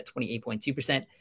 28.2%